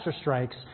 strikes